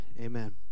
Amen